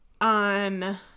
on